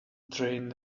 train